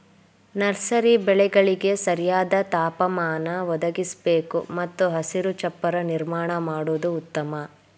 nursery ಬೆಳೆಗಳಿಗೆ ಸರಿಯಾದ ತಾಪಮಾನ ಒದಗಿಸಬೇಕು ಮತ್ತು ಹಸಿರು ಚಪ್ಪರ ನಿರ್ಮಾಣ ಮಾಡುದು ಉತ್ತಮ